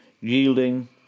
yielding